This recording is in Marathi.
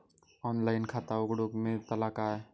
ऑनलाइन खाता उघडूक मेलतला काय?